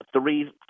three